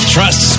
Trust